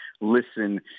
listen